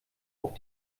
auf